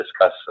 discuss